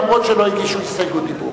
אף-על-פי שלא הגישו הסתייגות דיבור.